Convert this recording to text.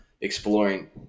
exploring